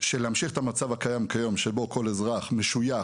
שלהמשיך את המצב הקיים כיום שבו כל אזרח משויך